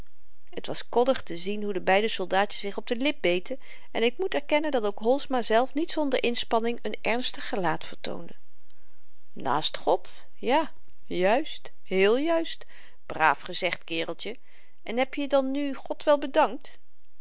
het was koddig te zien hoe de beide soldaatjes zich op de lip beten en ik moet erkennen dat ook holsma zelf niet zonder inspanning n ernstig gelaat vertoonde naast god ja juist heel juist braaf gezegd kereltje en heb je dan nu god wel bedankt